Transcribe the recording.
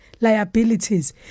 liabilities